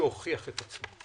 שהוכיח את עצמו.